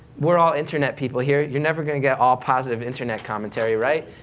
we're all internet people here, you're never gonna get all positive internet commentary, right?